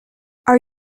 are